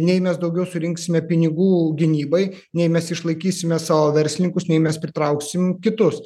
nei mes daugiau surinksime pinigų gynybai nei mes išlaikysime savo verslininkus nei mes pritrauksim kitus